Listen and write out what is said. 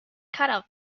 cutout